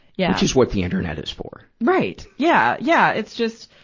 yeah. which is what the internet is for. right! yeah, yeah. it's just,